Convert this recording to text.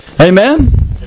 Amen